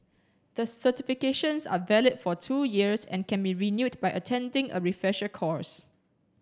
the certifications are valid for two years and can be renewed by attending a refresher course